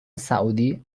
سعودی